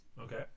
okay